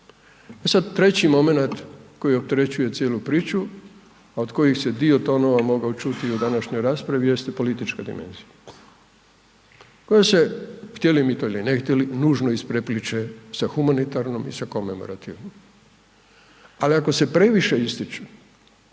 E sad treći momenat koji opterećuje cijelu priču, a od kojih se dio tonova mogao čuti i u današnjoj raspravi jeste politička dimenzija koja se, htjeli mi to ili ne htjeli, nužno isprepliće sa humanitarnom i sa komemorativnom. Ali ako se previše ističu